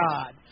God